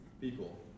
people